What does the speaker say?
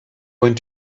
going